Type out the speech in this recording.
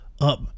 up